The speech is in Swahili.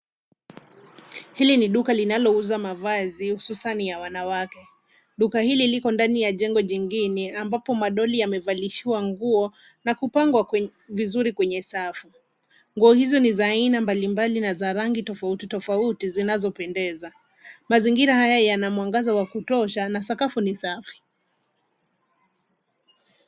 Hili ni duka linalouza mavazi hususani ya wanawake. Duka hili liko ndani ya jengo lingine ambapo madoli yamevalishiwa nguo na kupangwa vizuri kwenye safu. Nguo hizo ni za aina mbalimbali na rangi tofauti tofauti zinazopendeza. Mazingira haya yana mwangaza wa kutosha na sakafu ni safi.